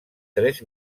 tres